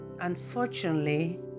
unfortunately